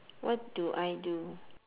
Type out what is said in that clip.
what do I do